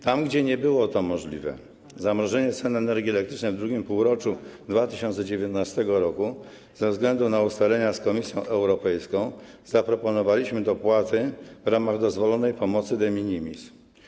Tam, gdzie nie było możliwe zamrożenie cen energii elektrycznej w II półroczu 2019 r. ze względu na ustalenia z Komisją Europejską, zaproponowaliśmy dopłaty w ramach dozwolonej pomocy de minimis.